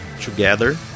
together